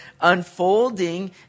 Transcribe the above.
unfolding